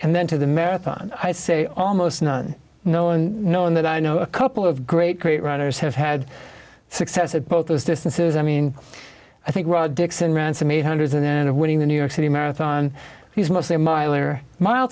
and then to the marathon i say almost no and no in that i know a couple of great great runners have had success at both those distances i mean i think rod dixon ran some eight hundred and then of winning the new york city marathon he's mostly a mile